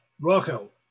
Rachel